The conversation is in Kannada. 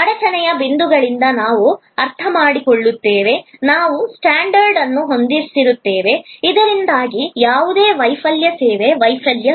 ಅಡಚಣೆಯ ಬಿಂದುಗಳಿಂದ ನಾವು ಅರ್ಥಮಾಡಿಕೊಳ್ಳುತ್ತೇವೆ ನಾವು ಸ್ಟ್ಯಾಂಡರ್ಡ್ ಅನ್ನು ಹೊಂದಿಸುತ್ತೇವೆ ಇದರಿಂದಾಗಿ ಯಾವುದೇ ವೈಫಲ್ಯ ಸೇವಾ ವೈಫಲ್ಯವಿಲ್ಲ